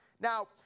Now